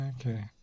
Okay